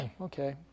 Okay